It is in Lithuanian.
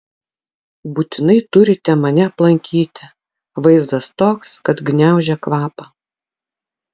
būtinai turite mane aplankyti vaizdas toks kad gniaužia kvapą